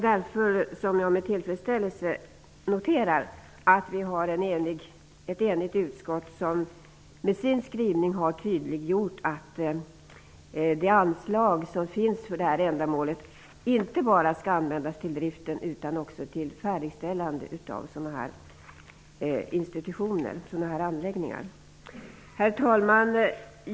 Därför noterar jag med tillfredsställelse att ett enigt utskott med sin skrivning har tydliggjort att det anslag som finns för detta ändamål skall användas inte bara till driften utan också till färdigställandet av sådana här anläggningar.